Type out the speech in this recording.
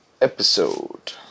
episode